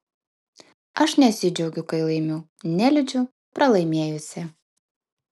aš nesidžiaugiu kai laimiu neliūdžiu pralaimėjusi